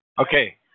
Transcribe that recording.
Okay